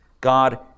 God